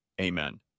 Amen